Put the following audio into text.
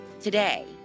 today